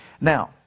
Now